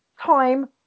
time